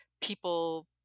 people